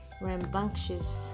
rambunctious